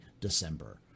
December